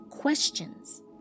questions